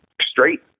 Straight